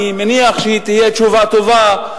אני מניח שהיא תהיה תשובה טובה.